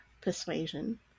persuasion